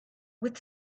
with